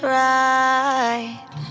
right